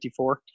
54